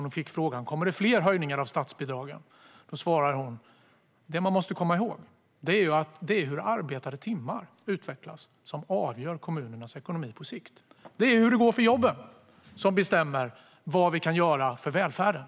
Hon fick frågan: Kommer det fler höjningar av statsbidragen? Hon svarade: Det man måste komma ihåg är att det är hur arbetade timmar utvecklas som avgör kommunernas ekonomi på sikt. Det är hur det går för jobben som bestämmer vad vi kan göra för välfärden.